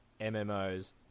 MMOs